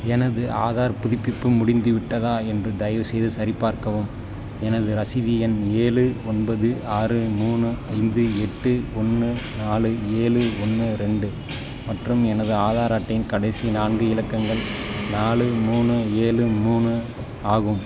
எனது ஆதார் புதுப்பிப்பு முடிந்துவிட்டதா என்று தயவுசெய்து சரிபார்க்கவும் எனது ரசீது எண் ஏலு ஒன்பது ஆறு மூணு ஐந்து எட்டு ஒன்று நாலு ஏழு ஒன்று ரெண்டு மற்றும் எனது ஆதார் அட்டையின் கடைசி நான்கு இலக்கங்கள் நாலு மூணு ஏழு மூணு ஆகும்